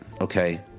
okay